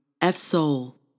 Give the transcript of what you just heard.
F-Soul